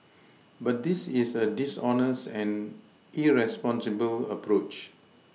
but this is a dishonest and irresponsible approach